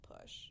push